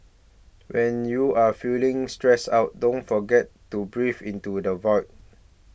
when you are feeling stressed out don't forget to breathe into the void